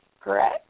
Correct